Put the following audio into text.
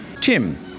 Tim